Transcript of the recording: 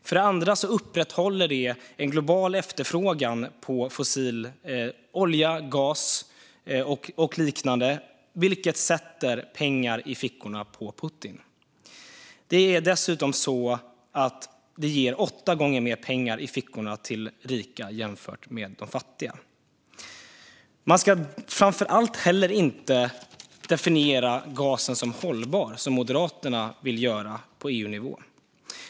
För det andra upprätthåller det en global efterfrågan på fossil olja, gas och liknande, vilket sätter pengar i fickorna på Putin. För det tredje ger det dessutom åtta gånger mer pengar i fickorna på rika jämfört med fattiga. Framför allt ska man inte heller definiera gasen som hållbar, som Moderaterna vill göra på EU-nivå.